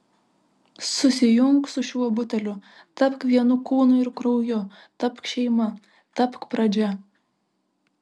susijunk su šiuo buteliu tapk vienu kūnu ir krauju tapk šeima tapk pradžia